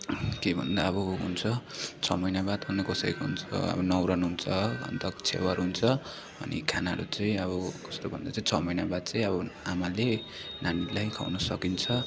के भन्दा अब हुन्छ छ महिना बाद अब कसैको हुन्छ होइन न्वारन हुन्छ अन्त छेवर हुन्छ अनि खानाहरू चाहिँ अब कस्तो भन्दा चाहिँ छ महिना बाद चाहिँ अब आमाले हामीलाई खुवाउनु सकिन्छ